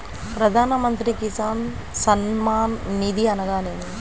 ప్రధాన మంత్రి కిసాన్ సన్మాన్ నిధి అనగా ఏమి?